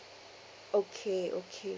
okay okay